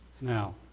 Now